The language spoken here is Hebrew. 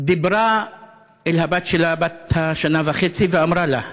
דיברה אל הבת שלה בת השנה וחצי ואמרה לה: